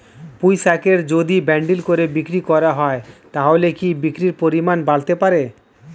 পুঁইশাকের যদি বান্ডিল করে বিক্রি করা হয় তাহলে কি বিক্রির পরিমাণ বাড়তে পারে?